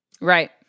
Right